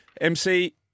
MC